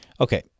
Okay